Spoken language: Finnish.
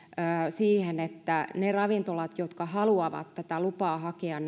siihen että niiden ravintoloiden jotka haluavat tätä lupaa hakea